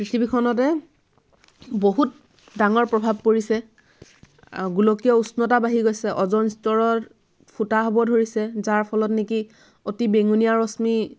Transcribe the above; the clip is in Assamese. পৃথিৱীখনতে বহুত ডাঙৰ প্ৰভাৱ পৰিছে গোলকীয় উষ্ণতা বাঢ়ি গৈছে অ'জ'ন স্তৰৰ ফুটা হ'ব ধৰিছে যাৰ ফলত নিকি অতি বেঙুনীয়া ৰশ্মি